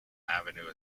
avenue